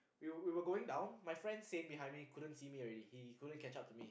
we were we were going down my friend Sein behind me couldn't see me already he couldn't catch up to me